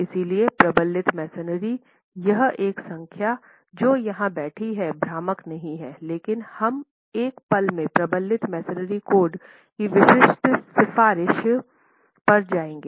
इसलिए प्रबलित मैसनरी यह एक संख्या जो यहां बैठी है भ्रामक नहीं है लेकिन हम एक पल में प्रबलित मैसनरी कोड की विशिष्ट सिफारिश पर जाएंगे